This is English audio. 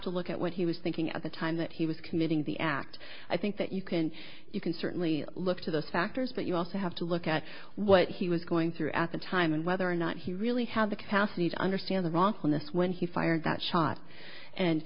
to look at what he was thinking at the time that he was committing the act i think that you can you can certainly look to those factors but you also have to look at what he was going through at the time and whether or not he really had the capacity to understand the wrongfulness when he fired that shot and